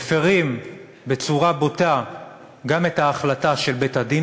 מפרים בצורה בוטה גם את ההחלטה של בית-הדין